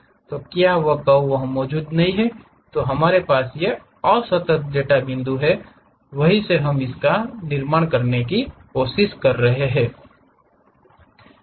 तो क्या वह कर्व वह मौजूद नहीं है तो हमारे पास ये असतत डेटा बिंदु हैं वहीं से हम इसका निर्माण करने की कोशिश कर रहे हैं